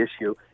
issue